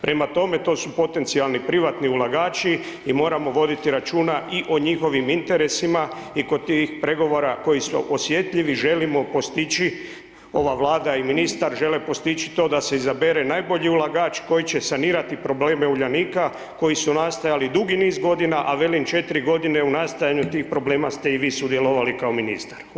Prema tome, to su potencijalni privatni ulagači i moramo voditi računa i o njihovim interesima i kod tih pregovora koji su osjetljivi želimo postići, ova Vlada i ministar žele postići to da se izabere najbolji ulagač koji će sanirati probleme Uljanika koji su nastajali dugi niz godina, a velim 4 godine u nastajanju tih problema ste i vi sudjelovali kao ministar.